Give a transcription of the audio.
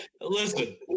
Listen